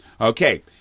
Okay